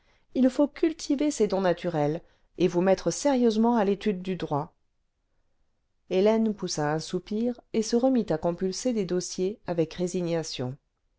il faut cultiver ces dons naturels et vous mettre sérieusement à l'étude du droit hélène poussa un soupir et se remit à compulser des dossiers avec résignation